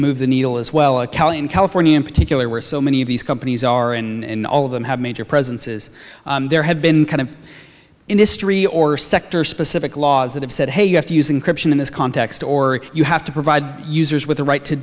moved the needle as well as cali and california in particular where so many of these companies are in all of them have major presences there have been kind of industry or sector specific laws that have said hey you have to using corruption in this context or you have to provide users with the right to